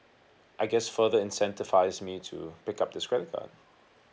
I guess further incentivise me to pick up this credit card